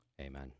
Amen